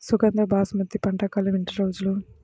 సుగంధ బాసుమతి పంట కాలం ఎన్ని రోజులు?